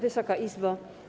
Wysoka Izbo!